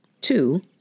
two